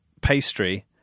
pastry